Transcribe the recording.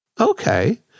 Okay